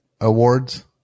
Awards